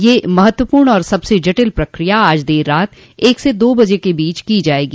ये महत्वपूर्ण और सबसे जटिल प्रक्रिया आज देर रात एक से दो बज के बीच की जाएगी